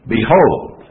Behold